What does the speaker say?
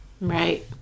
Right